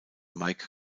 mike